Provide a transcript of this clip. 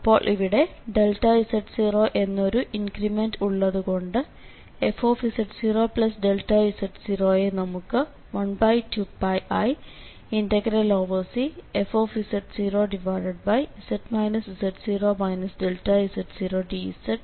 അപ്പോൾ ഇവിടെ z0 എന്നൊരു ഇൻക്രിമന്റ് ഉള്ളതുകൊണ്ട് fz0z0 നെ നമുക്ക് 12πiCfz z0 z0dz